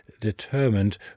determined